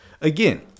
again